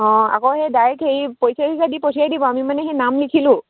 অঁ আকৌ সেই ডাইৰেক্ট হেৰি পইচা পইচাই দি পঠিয়াই দিব আমি মানে সেই নাম লিখিলোঁ